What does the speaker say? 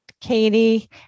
Katie